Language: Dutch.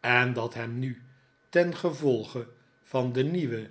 en dat hem nu ten gevolge van de nieuwe